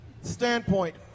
standpoint